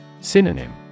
Synonym